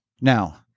Now